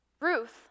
Ruth